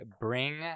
bring